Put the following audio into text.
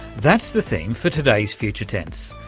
that's the theme for today's future tense.